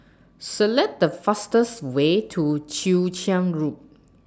Select The fastest Way to Chwee Chian Road